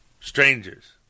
Strangers